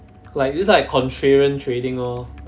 like this is like contrarian trading lor